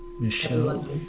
Michelle